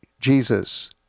Jesus